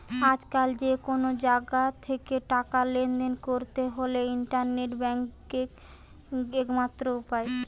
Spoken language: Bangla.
আজকাল যে কুনো জাগা থিকে টাকা লেনদেন কোরতে হলে ইন্টারনেট ব্যাংকিং একমাত্র উপায়